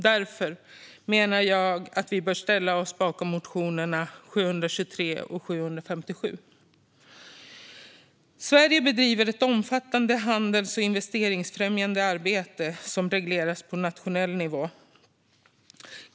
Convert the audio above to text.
Därför menar jag att vi bör ställa oss bakom motionerna 723 och 757. Sverige bedriver ett omfattande handels och investeringsfrämjande arbete som regleras på nationell nivå.